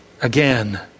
Again